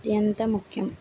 అత్యంత ముఖ్యం